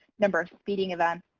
number of speeding events.